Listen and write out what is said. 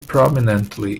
prominently